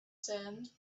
sand